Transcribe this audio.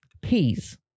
Peas